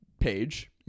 page